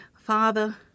Father